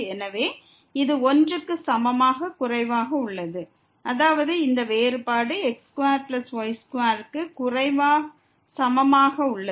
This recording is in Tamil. எனவே இது 1 க்கு சமமாக குறைவாக உள்ளது அதாவது இந்த வேறுபாடு x2y2 க்கு குறைவாக அல்லது சமமாக உள்ளது